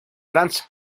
danza